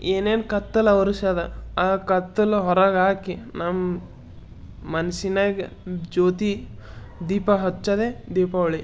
ಏನೇನು ಕತ್ತಲು ಆವರಿಸ್ಯಾದ ಆ ಕತ್ತಲು ಹೊರಗಾಕಿ ನಮ್ಮ ಮನ್ಸಿನಾಗ ಜ್ಯೋತಿ ದೀಪ ಹಚ್ಚೋದೇ ದೀಪಾವಳಿ